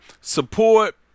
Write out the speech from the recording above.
support